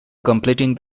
completing